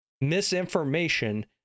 misinformation